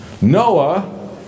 Noah